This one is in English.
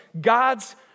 God's